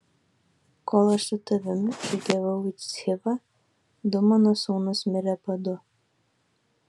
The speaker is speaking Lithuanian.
kol aš su tavimi žygiavau į chivą du mano sūnūs mirė badu